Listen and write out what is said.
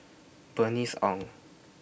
Bernice Ong